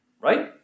Right